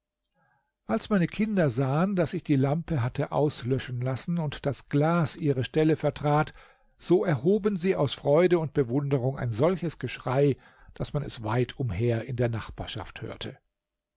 als meine kinder sahen daß ich die lampe hatte auslöschen lassen und das glas ihre stelle vertrat so erhoben sie aus freude und bewunderung ein solches geschrei daß man es weit umher in der nachbarschaft hörte